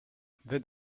that